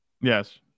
Yes